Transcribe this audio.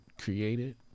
created